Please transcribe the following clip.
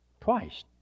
Twice